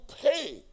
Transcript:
pay